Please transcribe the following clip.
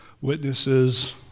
witnesses